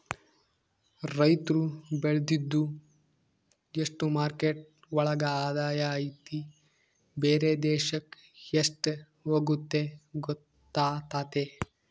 ರೈತ್ರು ಬೆಳ್ದಿದ್ದು ಎಷ್ಟು ಮಾರ್ಕೆಟ್ ಒಳಗ ಆದಾಯ ಐತಿ ಬೇರೆ ದೇಶಕ್ ಎಷ್ಟ್ ಹೋಗುತ್ತೆ ಗೊತ್ತಾತತೆ